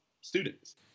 students